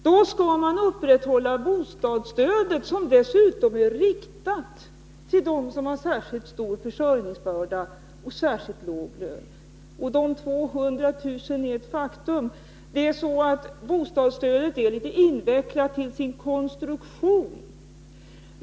Då skall man upprätthålla bostadsstödet, som dessutom är riktat till dem som har särskilt stor försörjningsbörda och särskilt låg lön. De 200 000 är ett faktum. Bostadsstödet är litet invecklat till sin konstruktion.